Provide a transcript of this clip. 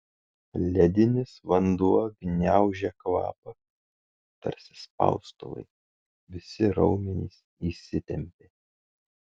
ledinis vanduo gniaužė kvapą tarsi spaustuvai visi raumenys įsitempė